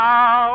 Now